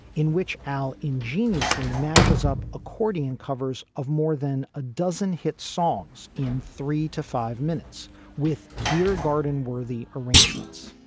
in which al ingeniously mashes up accordion covers of more than a dozen hit songs in three to five minutes with beer garden worthy arrangements